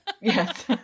Yes